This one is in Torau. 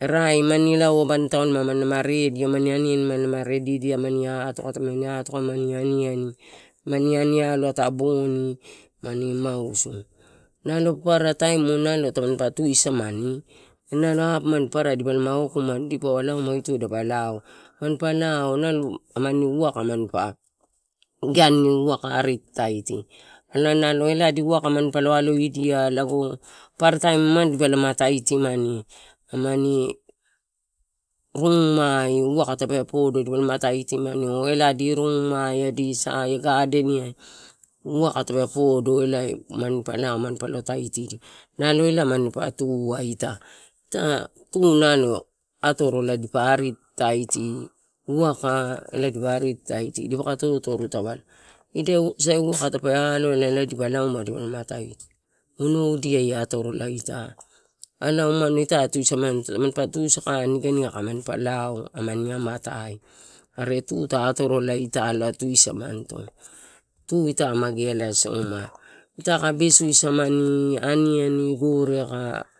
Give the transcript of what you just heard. rai mani loa abanitaulo manilama redi anani aniani manilama redidia, mani atoka, tamani atoka mani aniani mani anialo mani mausu nalo paparataim nalo tamanipa tusama ni, apomani papara dipalama okumani eh lauma. Itoi dapa lao, manpa lao aman waka manpa idain waka ari tataiti ena nalo elaedi manpa aloidia lao purataim ma dipalama taitimani. Amani rumai waka tape podo, dipalama taitimani oh elae adi sae ia gardenia waka tape podo, elae manpa lao manpalon taitidia nalo ela manpa tua ita. Ita tu atorola ari tataiti, waka elae dipa ari tataiti idai sai waka tape aloela dipa lauma dipalama taiti, onoudia atorola elae umano ita tusamanito, aka tanipa tu saka, ma niganiga pani laa amani amatai. Ita atorola, mageala soma ita ka samani aniani gore aika.